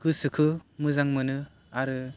गोसोखो मोजां मोनो आरो